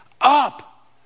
up